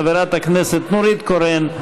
חברת הכנסת נורית קורן,